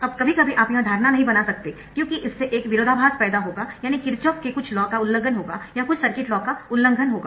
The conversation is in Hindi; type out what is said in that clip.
अब कभी कभी आप यह धारणा नहीं बना सकते क्योंकि इससे एक विरोधाभास पैदा होगायानी किरचॉफ के कुछ लॉ का उल्लंघन होगा या कुछ सर्किट लॉ का उल्लंघन होगा